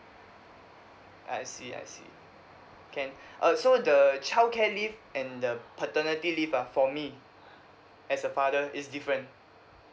I see I see can uh so the the childcare leave and the paternity leave ah for me as a father is different